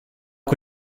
que